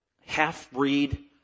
half-breed